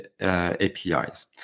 APIs